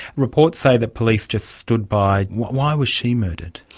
reports say that police just stood by. why was she murdered?